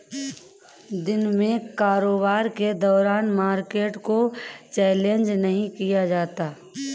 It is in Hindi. दिन में कारोबार के दौरान मार्केट को चैलेंज नहीं किया जाता